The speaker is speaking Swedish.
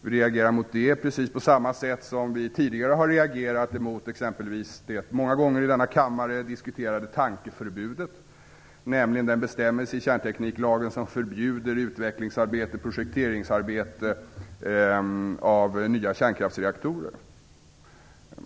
Vi reagerar mot det precis på samma sätt som vi tidigare har reagerat mot exempelvis det många gånger här i kammaren diskuterade tankeförbudet, nämligen den bestämmelse i kärntekniklagen som förbjuder arbete med utveckling eller projektering av nya kärnkraftsreaktorer.